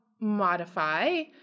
modify